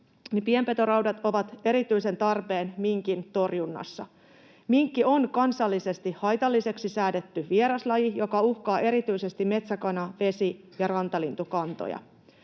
Pienpetoraudat ovat erityisen tarpeen minkin torjunnassa. Minkki on kansallisesti haitalliseksi säädetty vieraslaji, joka uhkaa erityisesti metsäkana‑, vesi‑ ja rantalintukantoja.